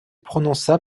prononça